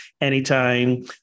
anytime